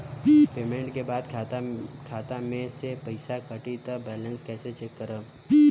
Payment के बाद खाता मे से पैसा कटी त बैलेंस कैसे चेक करेम?